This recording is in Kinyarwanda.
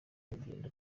rugendo